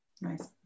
Nice